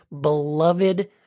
beloved